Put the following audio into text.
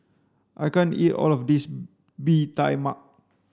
I can't eat all of this bee tai mak